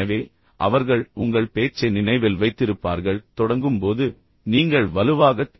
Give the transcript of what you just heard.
எனவே அவர்கள் உங்கள் பேச்சை நினைவில் வைத்திருப்பார்கள் தொடங்கும் போது நீங்கள் வலுவாகத்